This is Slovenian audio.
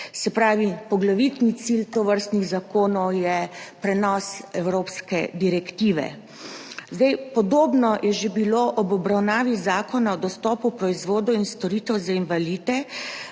Se pravi, poglavitni cilj tovrstnih zakonov je prenos evropske direktive. Podobno je že bilo ob obravnavi Zakona o dostopnosti do proizvodov in storitev za invalide